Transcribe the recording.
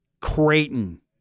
Creighton